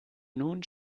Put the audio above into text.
nun